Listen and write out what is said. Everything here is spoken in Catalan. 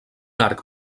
arc